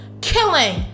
Killing